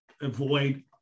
avoid